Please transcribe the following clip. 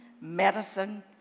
medicine